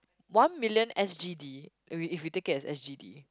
one million s_g_d if we if we take it as s_g_d